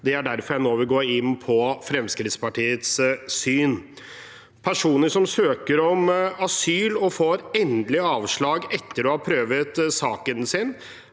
Det er derfor jeg nå vil gå inn på Fremskrittspartiets syn. Personer som søker om asyl og får endelig avslag etter å ha prøvd saken sin,